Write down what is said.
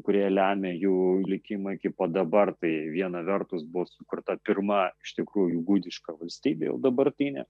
kurie lemia jų likimą iki pat dabar tai viena vertus buvo sukurta pirma iš tikrųjų gudiška valstybėjau dabartinė